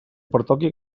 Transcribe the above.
pertoqui